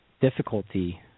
difficulty